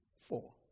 four